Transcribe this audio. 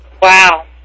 Wow